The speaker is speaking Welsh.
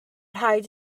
rhaid